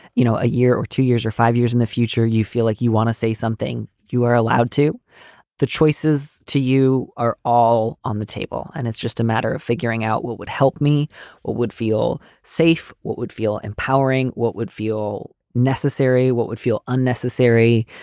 you know, a year or two years or five years in the future, you feel like you want to say something. you are allowed to the choices to you are all on the table. and it's just a matter of figuring out what would help me or would feel safe. what would feel empowering. what would feel necessary? what would feel unnecessary?